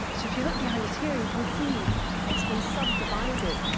so if you look behind us here, you can see how it's been subdivided.